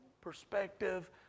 perspective